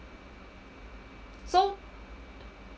so